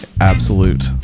absolute